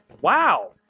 wow